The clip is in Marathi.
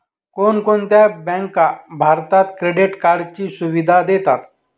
कोणकोणत्या बँका भारतात क्रेडिट कार्डची सुविधा देतात?